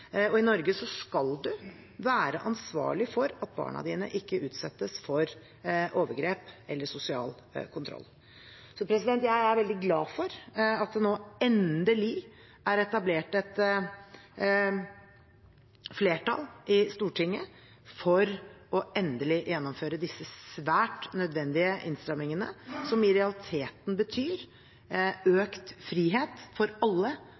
og i Norge skal man være ansvarlig for at barna sine ikke utsettes for overgrep eller sosial kontroll. Jeg er veldig glad for at det nå endelig er etablert et flertall i Stortinget for å gjennomføre disse svært nødvendige innstramningene, som i realiteten betyr økt frihet for alle